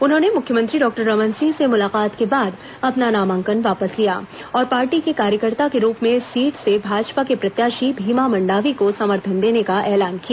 उन्होंने मुख्यमंत्री डॉक्टर रमन सिंह से मुलाकात को बाद अपना नामांकन वापस लिया और पार्टी के कार्यकर्ता के रूप में इस सीट से भाजपा के प्रत्याशी भीमा मंडावी को समर्थन देने का ऐलान किया